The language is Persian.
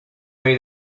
هایی